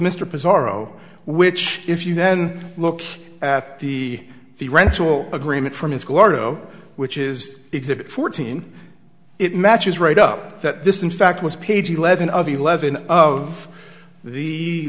o which if you then look at the the rental agreement from his gordo which is exhibit fourteen it matches right up that this in fact was page eleven of eleven of the